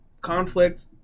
conflict